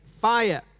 fire